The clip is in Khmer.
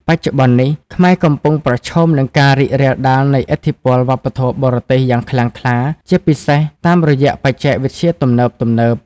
បច្ចុប្បន្ននេះ ខ្មែរកំពុងប្រឈមនឹងការរីករាលដាលនៃឥទ្ធិពលវប្បធម៌បរទេសយ៉ាងខ្លាំងក្លា ជាពិសេសតាមរយៈបច្ចេកវិទ្យាទំនើបៗ។